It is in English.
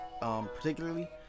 particularly